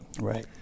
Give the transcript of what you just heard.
right